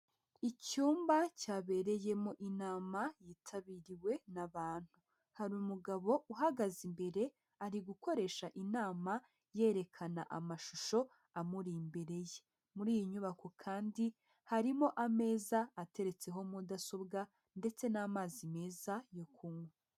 Icyumba cyabereyemo inama yitabiriwe n'abantu. Hari umugabo uhagaze imbere, ari gukoresha inama yerekana amashusho amuri imbere ye. Muri iyi nyubako kandi harimo ameza ateretseho mudasobwa ndetse n'amazi meza yo kunywa.